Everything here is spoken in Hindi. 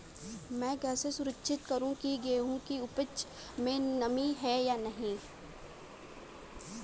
मैं कैसे सुनिश्चित करूँ की गेहूँ की उपज में नमी है या नहीं?